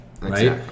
right